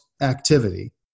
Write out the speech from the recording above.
activity